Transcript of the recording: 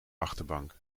achterbank